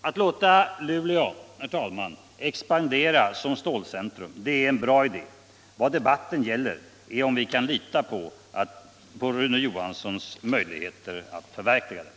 Att låta Luleå expandera som stålcentrum är en bra idé. Vad debatten gäller är om vi kan lita på Rune Johanssons möjligheter att förverkliga den.